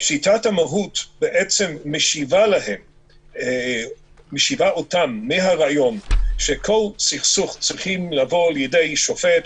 שיטת המהות משיבה אותם מהרעיון שכל סכסוך צריך לבוא לידי שופט,